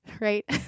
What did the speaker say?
right